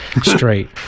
straight